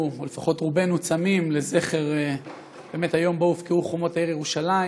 ורובנו צמים לזכר היום שבו הובקעו חומות העיר ירושלים